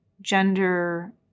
gender